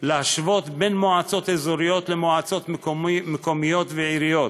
בהשוואה בין מועצות אזוריות לבין מועצות מקומיות ועיריות,